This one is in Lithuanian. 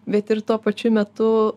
bet ir tuo pačiu metu